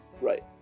Right